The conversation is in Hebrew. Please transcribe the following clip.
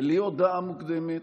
בלי הודעה מוקדמת,